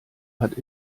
hat